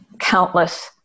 Countless